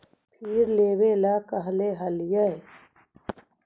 फिर लेवेला कहले हियै?